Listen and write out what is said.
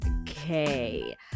Okay